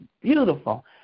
beautiful